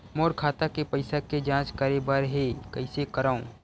मोर खाता के पईसा के जांच करे बर हे, कइसे करंव?